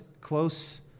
close